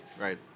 Right